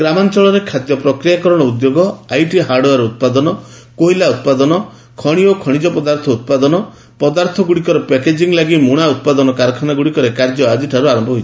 ଗ୍ରାମାଞ୍ଚଳରେ ଖାଦ୍ୟ ପ୍ରକ୍ରିୟାକରଣ ଉଦ୍ୟୋଗ ଆଇଟି ହାର୍ଡଓୟାର୍ ଉତ୍ପାଦନ କୋଇଲା ଉତ୍ପାଦନ ଖଣି ଓ ଖଣିଜ ପଦାର୍ଥ ଉତ୍ପାଦନ ପଦାର୍ଥଗୁଡ଼ିକର ପ୍ୟାକେଙ୍କି ଲାଗି ମୁଣା ଉତ୍ପାଦନ କାରଖାନାଗୁଡ଼ିକରେ କାର୍ଯ୍ୟ ଆଜିଠାରୁ ଆରମ୍ଭ ହେବ